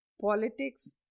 politics